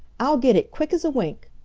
i'll get it quick as a wink.